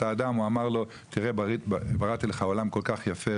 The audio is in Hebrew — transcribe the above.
האדם הוא אמר לו 'תראה בראתי לך עולם כל כך יפה,